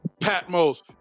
Patmos